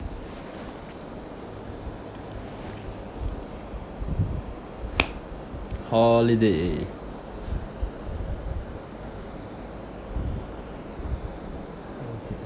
holiday